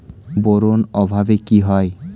Boron অভাবে কি হয়?